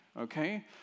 okay